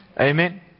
Amen